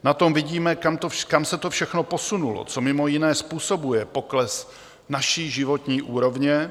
Na tom vidíme, kam se to všechno posunulo, co mimo jiné způsobuje pokles naší životní úrovně.